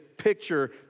picture